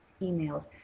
emails